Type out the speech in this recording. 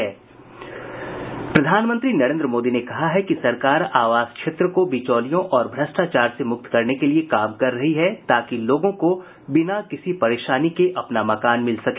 प्रधानमंत्री नरेन्द्र मोदी ने कहा है कि सरकार आवास क्षेत्र को बिचौलियों और भ्रष्टाचार से मुक्त करने के लिए काम कर रही है ताकि लोगों को बिना किसी परेशानी के अपना मकान मिल सके